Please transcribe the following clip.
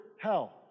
hell